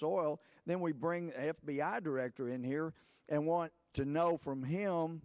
soil then we bring f b i director in here and want to know from him